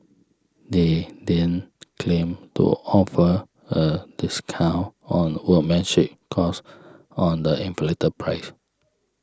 they then claim to offer a discount on workmanship cost on the inflated price